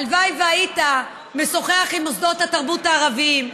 הלוואי שהיית משוחח עם מוסדות התרבות הערביים,